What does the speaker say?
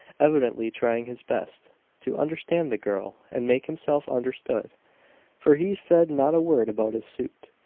evidently trying his best to understand the girl and make himself understood for he said not a word about his suit.